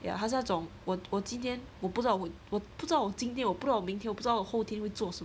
ya 他是那种我我今天我不知道我不知道我今天我不知道明天不知道后天会做什么